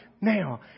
now